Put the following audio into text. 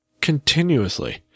continuously